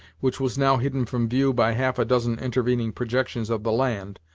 which was now hidden from view by half a dozen intervening projections of the land,